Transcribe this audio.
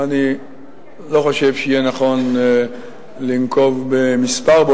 ואני לא חושב שיהיה נכון לנקוב במספר,